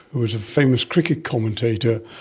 who was a famous cricket commentator,